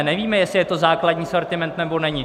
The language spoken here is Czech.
Nevíme, jestli je to základní sortiment, nebo není.